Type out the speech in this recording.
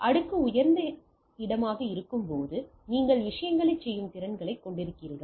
எனவே அடுக்கில் உயர்ந்த இடமாக இருக்கும்போது நீங்கள் விஷயங்களைச் செய்யும் திறன்களைக் கொண்டிருக்கிறீர்கள்